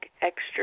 Extra